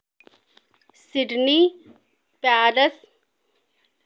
Sydney Paris